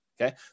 Okay